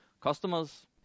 customers